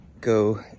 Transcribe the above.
go